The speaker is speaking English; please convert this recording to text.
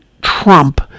Trump